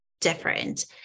different